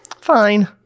Fine